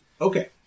Okay